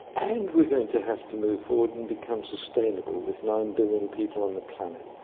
and we're going to have to move forward and become sustainable with nine billion people on the planet.